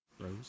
Rose